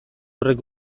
horrek